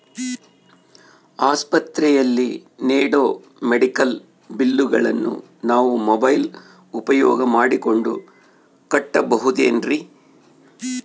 ಆಸ್ಪತ್ರೆಯಲ್ಲಿ ನೇಡೋ ಮೆಡಿಕಲ್ ಬಿಲ್ಲುಗಳನ್ನು ನಾವು ಮೋಬ್ಯೆಲ್ ಉಪಯೋಗ ಮಾಡಿಕೊಂಡು ಕಟ್ಟಬಹುದೇನ್ರಿ?